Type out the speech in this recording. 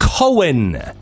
Cohen